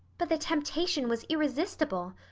but the temptation was irresistible.